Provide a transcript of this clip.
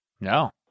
No